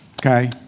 Okay